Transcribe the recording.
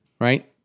right